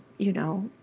you know,